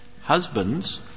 Husbands